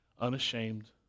unashamed